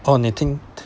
oh 你听